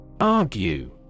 Argue